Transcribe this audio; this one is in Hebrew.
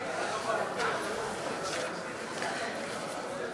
ברוכים הבאים לכנסת.